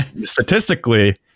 statistically